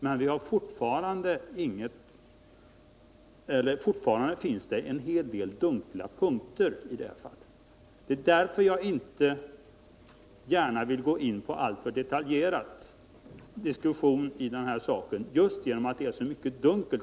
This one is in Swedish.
Men fortfarande finns det en hel del dunkla punkter i fallet. Det är därför jag inte gärna vill gå in på en alltför detaljerad diskussion — just därför att så mycket är dunkelt.